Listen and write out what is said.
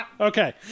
Okay